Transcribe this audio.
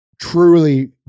truly